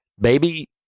baby